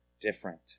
different